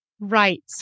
Right